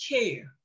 care